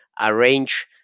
arrange